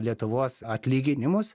lietuvos atlyginimus